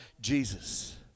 Jesus